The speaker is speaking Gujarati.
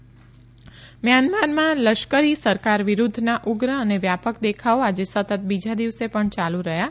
મ્યાનમાર મ્યાનમારમાં લશ્કરી સરકાર વિરૂધ્ધના ઉગ્ર અને વ્યાપક દેખાવો આજે સતત બીજા દિવસે પણ ચાલુ રહ્યાં